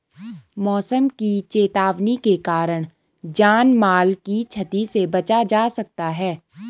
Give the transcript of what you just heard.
मौसम की चेतावनी के कारण जान माल की छती से बचा जा सकता है